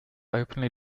openly